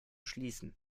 schließen